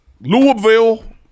Louisville